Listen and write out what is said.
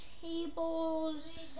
tables